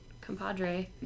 compadre